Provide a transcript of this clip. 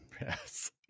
Yes